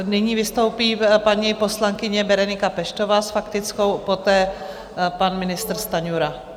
Nyní vystoupí paní poslankyně Berenika Peštová s faktickou, poté pan ministr Stanjura.